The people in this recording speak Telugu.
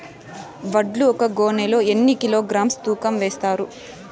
వడ్లు ఒక గోనె లో ఎన్ని కిలోగ్రామ్స్ తూకం వేస్తారు?